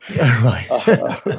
Right